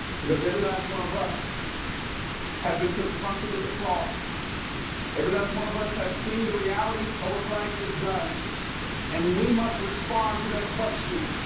because every last one of us has been confronted with the cross every that's one of us has seen the reality of what christ has done and we must respond to that question